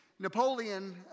Napoleon